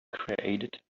created